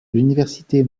l’université